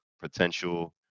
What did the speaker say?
potential